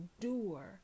endure